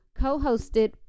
co-hosted